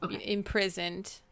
imprisoned